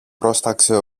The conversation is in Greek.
πρόσταξε